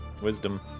Wisdom